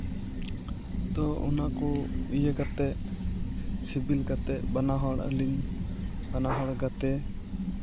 ᱛᱚ ᱚᱱᱟ ᱠᱚ ᱤᱭᱟᱹ ᱠᱟᱛᱮᱫ ᱥᱤᱵᱤᱞ ᱠᱟᱛᱮᱫ ᱵᱟᱱᱟ ᱦᱚᱲ ᱟᱹᱞᱤᱧ ᱵᱟᱱᱟ ᱦᱚᱲ ᱜᱟᱛᱮ